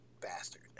bastard